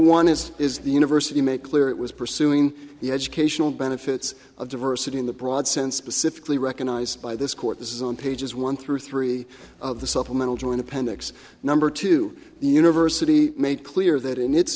one is is the university make clear it was pursuing the educational benefits of diversity in the broad sense specifically recognized by this court this is on pages one through three of the supplemental to an appendix number to the university made clear that in it